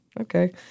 okay